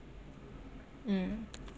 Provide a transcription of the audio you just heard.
mm